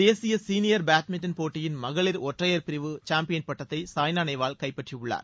தேசிய senior badminton போட்டியின் மகளிர் ஒற்றையர் பிரிவு சாம்பியன் பட்டத்தை சாய்னா நேவால் கைப்பற்றியுள்ளார்